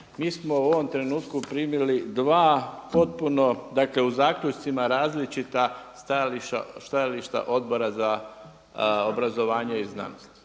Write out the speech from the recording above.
Mi smo u ovom trenutku primili dva potpuno u zaključcima različita stajališta Odbora za obrazovanje i znanost.